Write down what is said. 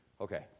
Okay